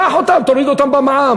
קח אותם, תוריד אותם במע"מ.